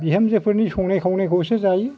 बिहामजोफोरनि संनाय खावनायखौसो जायो